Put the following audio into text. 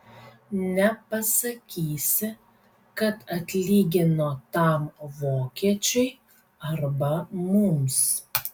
nepasakysi kad atlygino tam vokiečiui arba mums